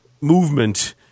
movement